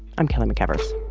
i'm kelly mcevers